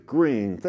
Green